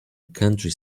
country